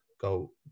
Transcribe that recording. go